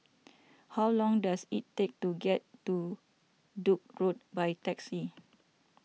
how long does it take to get to Duke's Road by taxi